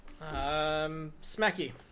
smacky